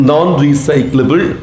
Non-Recyclable